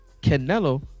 Canelo